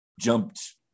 jumped